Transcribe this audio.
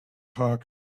park